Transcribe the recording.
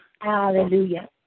Hallelujah